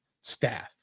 staff